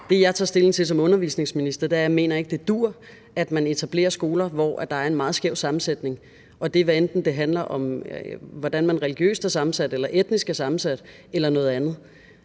Det, jeg tager stilling til som undervisningsminister, er, at jeg ikke mener det duer, at man etablerer skoler, hvor der er en meget skæv sammensætning, og det er, hvad enten det handler om, hvordan man religiøst er sammensat eller etnisk er sammensat, eller noget andet;